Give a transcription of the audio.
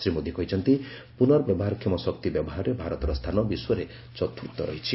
ଶ୍ରୀ ମୋଦୀ କହିଛନ୍ତି ପୁନର୍ବ୍ୟବହାରକ୍ଷମ ଶକ୍ତି ବ୍ୟବହାରରେ ଭାରତର ସ୍ଥାନ ବିଶ୍ୱରେ ଚତୁର୍ଥ ରହିଛି